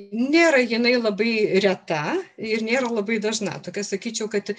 nėra jinai labai reta ir nėra labai dažna tokia sakyčiau kad